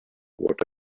what